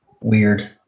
Weird